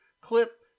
clip